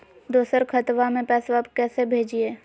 दोसर खतबा में पैसबा कैसे भेजिए?